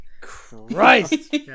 Christ